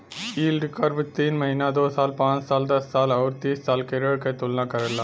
yield curve तीन महीना, दो साल, पांच साल, दस साल आउर तीस साल के ऋण क तुलना करला